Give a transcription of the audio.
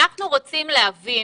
אנחנו רוצים להבין